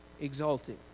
exalted